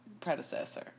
predecessor